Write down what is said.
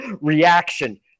reaction